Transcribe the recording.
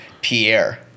Pierre